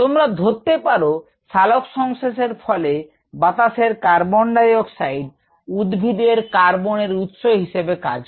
তোমরা ধরতে পারো সালোকসংশ্লেষ এর ফলে বাতাসের কার্বন ডাইঅক্সাইড উদ্ভিদের কার্বন এর উৎস হিসেবে কাজ করে